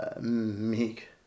meek